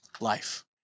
life